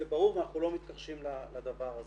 זה ברור ואנחנו לא מתכחשים לדבר הזה.